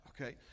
okay